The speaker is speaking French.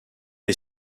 est